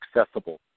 accessible